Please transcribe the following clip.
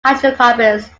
hydrocarbons